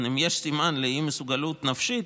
אם יש סימן לאי-מסוגלות נפשית,